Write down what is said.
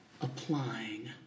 Applying